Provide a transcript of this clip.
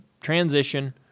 transition